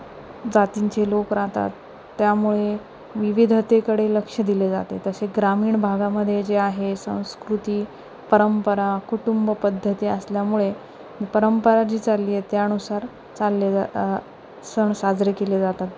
जातींचे लोक राहतात त्यामुळे विविधतेकडे लक्ष दिले जाते तसे ग्रामीण भागामध्ये जे आहे संस्कृती परंपरा कुटुंबपद्धती असल्यामुळे परंपरा जी चालली आहे त्यानुसार चालले जातात सण साजरे केले जातात